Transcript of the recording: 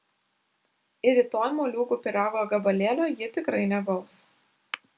ir rytoj moliūgų pyrago gabalėlio ji tikrai negaus